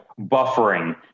buffering